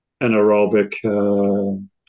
anaerobic